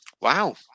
Wow